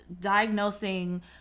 diagnosing